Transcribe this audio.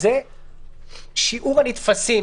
זה שיעור הנתפסים,